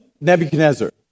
Nebuchadnezzar